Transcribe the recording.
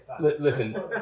Listen